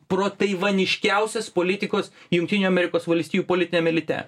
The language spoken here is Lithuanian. protaivaniškiausias politikos jungtinių amerikos valstijų politiniam elite